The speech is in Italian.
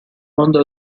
quando